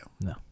no